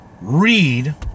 read